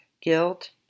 guilt